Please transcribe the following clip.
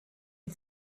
you